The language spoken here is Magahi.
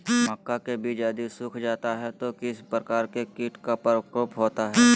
मक्का के बिज यदि सुख जाता है तो किस प्रकार के कीट का प्रकोप होता है?